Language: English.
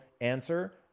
answer